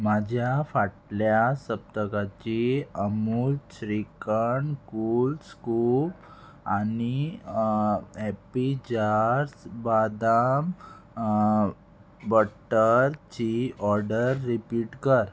म्हाज्या फाटल्या सप्तकाची अमूल श्रीकंड कूल स्कूप आनी हॅप्पी जार्स बादाम बटर ची ऑर्डर रिपीट कर